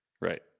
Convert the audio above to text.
right